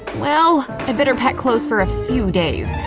well, i better back clothes for a few days,